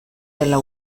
dela